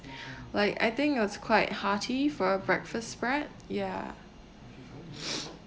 like I think it was quite hearty for a breakfast spread ya